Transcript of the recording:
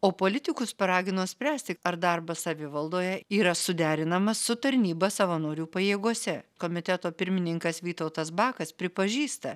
o politikus paragino spręsti ar darbas savivaldoje yra suderinamas su tarnyba savanorių pajėgose komiteto pirmininkas vytautas bakas pripažįsta